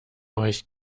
euch